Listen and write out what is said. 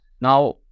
now